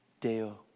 Deo